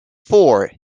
four